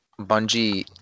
Bungie